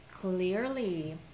clearly